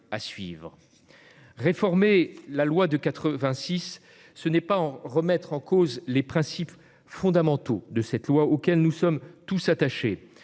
à suivre. Réformer la loi de 1986, ce n'est pas remettre en cause les principes fondamentaux de cette loi, auxquels nous sommes tous attachés.